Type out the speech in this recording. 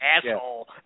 asshole